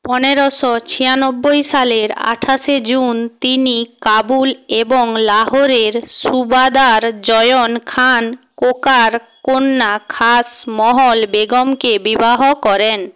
পনেরোশো ছিয়ানব্বই সালের আঠাশে জুন তিনি কাবুল এবং লাহোরের সুবাদার জয়ন খান কোকার কন্যা খাস মহল বেগমকে বিবাহ করেন